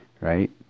right